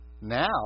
Now